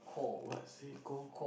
what it's called